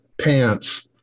pants